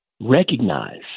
recognize